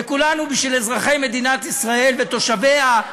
וכולנו בשביל אזרחי מדינת ישראל ותושביה.